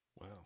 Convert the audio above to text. Wow